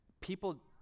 People